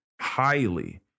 highly